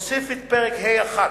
הוסיף את פרק ה'1